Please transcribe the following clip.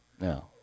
no